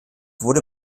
wurde